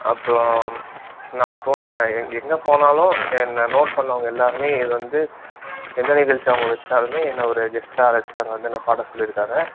அப்புறோம் நான் போன எங் எங்கே போனாலும் என்னை நோட் பண்ணவங்க எல்லோருமே இது வந்து எந்த நிகழ்ச்சி அவங்க வைச்சாலுமே என்னை ஒரு கெஸ்ட்டாக அழைச்சி அங்கே வந்து என்னை பாட சொல்லியிருக்காங்க